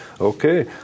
okay